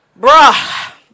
Bruh